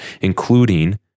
including